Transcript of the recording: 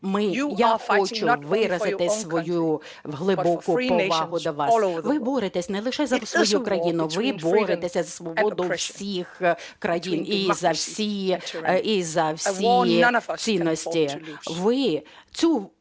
я хочу виразити свою глибоку повагу до вас. Ви боретеся не лише за свою країну - ви боретеся за свободу всіх країн і за всі цінності.